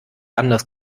anders